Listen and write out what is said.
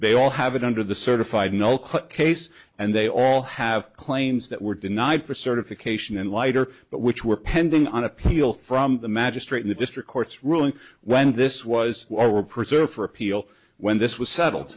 they all have it under the certified no cut case and they all have claims that were denied for certification and lighter but which were pending on appeal from the magistrate in the district court's ruling when this was or were preserved for appeal when this was settled